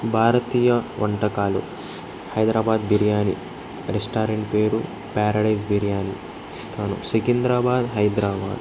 భారతీయ వంటకాలు హైదరాబాద్ బిర్యానీ రెస్టారెంట్ పేరు ప్యారడైస్ బిర్యానీ ఇస్తాను సికింద్రాబాద్ హైదరాబాద్